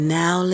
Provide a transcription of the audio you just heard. now